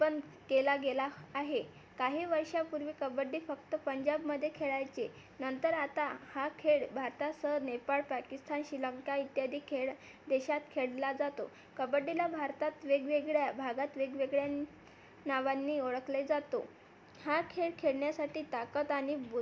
पण केला गेला आहे काही वर्षांपूर्वी कबड्डी फक्त पंजाबमध्ये खेळायचे नंतर आता हा खेळ भारतासह नेपाळ पाकिस्तान श्रीलंका इत्यादी खेळ देशात खेळला जातो कबड्डीला भारतात वेगवेगळ्या भागात वेगवेगळ्या नावांनी ओळखले जातो हा खेळ खेळण्यासाठी ताकद आणि बु्द्